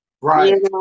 Right